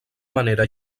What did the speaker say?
manera